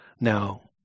Now